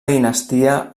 dinastia